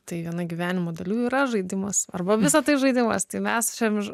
tai viena gyvenimo dalių yra žaidimas arba visa tai žaidimas tai mes šiandien